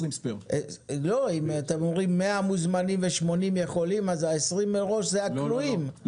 אם אתם אומרים 100 מוזמנים ו-80 יכולים אז ה-20 מראש זה הכלואים,